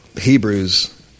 Hebrews